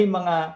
mga